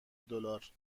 دلار